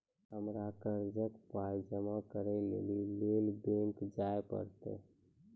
हमरा कर्जक पाय जमा करै लेली लेल बैंक जाए परतै?